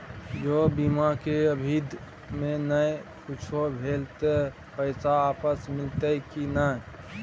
ज बीमा के अवधि म नय कुछो भेल त पैसा वापस मिलते की नय?